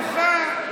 בוכה,